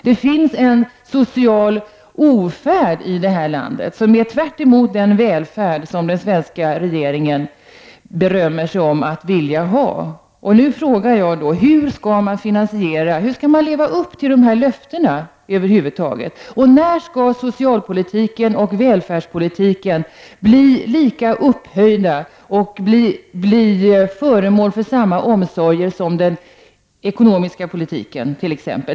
Det finns en social ofärd i det här landet som går tvärtemot den välfärd som den svenska regeringen berömmer sig om att vilja ha. Då frågar jag: Hur skall man kunna leva upp till löftena över huvud taget? När skall socialpolitiken och välfärdspolitiken bli lika upphöjda och föremål för samma omsorg som exempelvis den ekonomiska politiken?